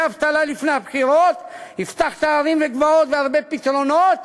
האבטלה לפני הבחירות והבטיח הרים וגבעות והרבה פתרונות,